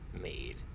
made